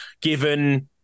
given